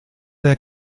der